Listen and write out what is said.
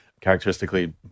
characteristically